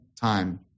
time